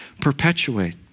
perpetuate